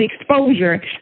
exposure